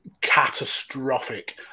catastrophic